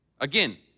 Again